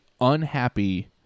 unhappy